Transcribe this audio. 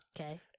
Okay